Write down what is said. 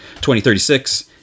2036